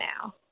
now